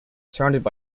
surrounded